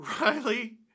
Riley